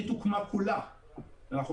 לנו